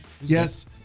yes